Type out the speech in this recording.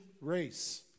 race